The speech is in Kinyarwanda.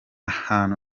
hantu